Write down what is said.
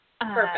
Perfect